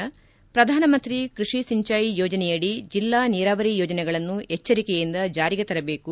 ಪ್ರಧಾನಮಂತ್ರಿ ಕೃಷಿ ಸಿಂಚಯಿ ಯೋಜನೆಯಡಿ ಜಿಲ್ಲಾ ನೀರಾವರಿ ಯೋಜನೆಗಳನ್ನು ಎಚ್ಚರಿಕೆಯಿಂದ ಜಾರಿಗೆ ತರಬೇಕು